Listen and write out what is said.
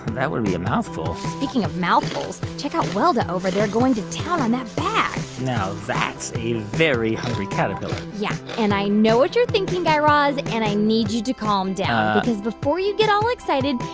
that would be a mouthful speaking of mouthfuls, check out welda over there going to town on that bag now, that's a very hungry caterpillar yeah. and i know what you're thinking, guy raz. and i need you to calm down before you get all excited,